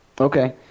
Okay